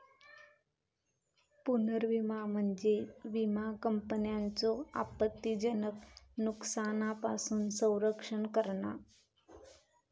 पुनर्विमा म्हणजे विमा कंपन्यांचो आपत्तीजनक नुकसानापासून संरक्षण करणा